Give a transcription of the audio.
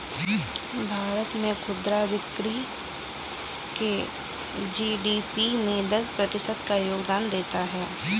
भारत में खुदरा बिक्री भारत के जी.डी.पी में दस प्रतिशत का योगदान देता है